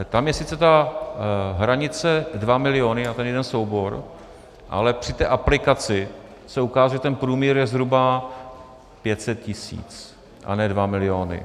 Tam je sice hranice 2 miliony na ten jeden soubor, ale při té aplikaci se ukáže, že ten průměr je zhruba 500 tisíc a ne 2 miliony.